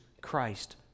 Christ